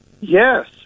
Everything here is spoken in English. Yes